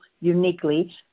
uniquely